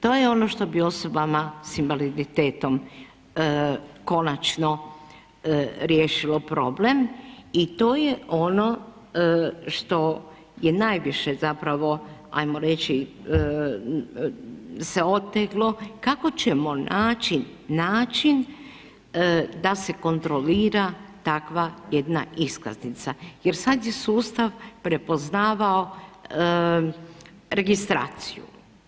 To je ono što bi osobama sa invaliditetom konačno riješilo problem i to je ono što je najviše zapravo, ajmo reći se oteglo, kako ćemo naći način da se kontrolira takva jedna iskaznica jer sada je sustav prepoznavao registraciju.